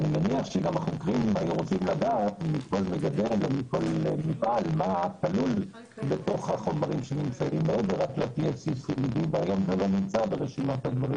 קנאביס מנופק לבתי מרקחת ומנופק על ידי רוקחים רק תמורת מרשם של רופא,